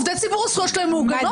עובדי ציבור, הזכויות שלהם מעוגנות.